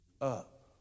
up